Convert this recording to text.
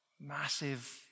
Massive